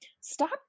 stop